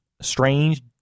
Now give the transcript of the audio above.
strange